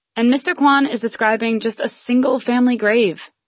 and mr. kwan is describing just a single family grave.